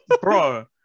bro